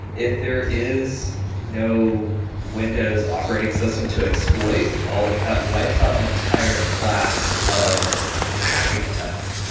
if there is no windows operating system to exploit, well that wipes out an entire class of hacking attempts.